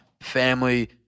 family